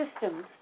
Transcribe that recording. systems